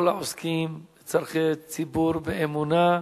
על אלה נאמר: כל העוסקים בצורכי ציבור באמונה,